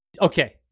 Okay